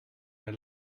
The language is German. der